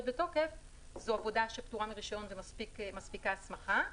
בתוקף זאת עבודה שפטורה מרישיון ומספיקה הסמכה.